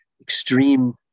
extreme